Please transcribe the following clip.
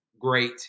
great